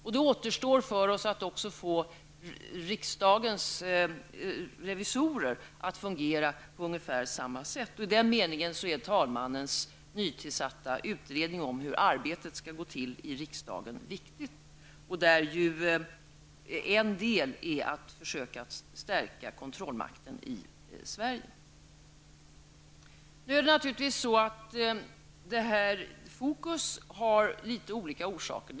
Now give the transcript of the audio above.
Nu återstår att få riksdagens revisorer att fungera på ungefär samma sätt. Talmannens nytillsatta utredning när det gäller hur arbetet skall gå till i riksdagen är därför viktig. I det arbetet ingår till en del att försöka stärka kontrollmakten i Sverige. Nu är det naturligtvis så, att fokus har litet olika orsaker.